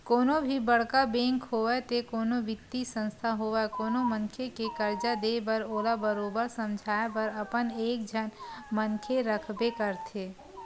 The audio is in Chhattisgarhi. कोनो भी बड़का बेंक होवय ते कोनो बित्तीय संस्था होवय कोनो मनखे के करजा देय बर ओला बरोबर समझाए बर अपन एक झन मनखे रखबे करथे